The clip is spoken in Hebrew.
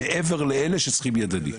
מעבר לאלה שצריכים ידני,